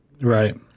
Right